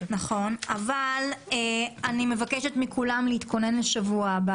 אני מבקשת מכולם להתכונן לשבוע הבא.